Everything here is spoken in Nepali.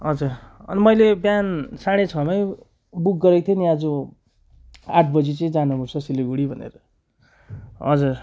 हजुर अनि मैले बिहान साँढे छ मै बुक गरेको थिएँ नि आज आठ बजी चाहिँ जानुपर्छ सिलगढी भनेर हजुर